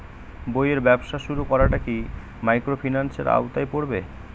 বইয়ের ব্যবসা শুরু করাটা কি মাইক্রোফিন্যান্সের আওতায় পড়বে?